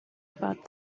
about